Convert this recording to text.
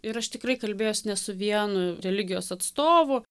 ir aš tikrai kalbėjus ne su vienu religijos atstovu